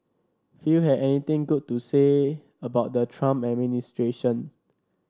few had anything good to say about the Trump administration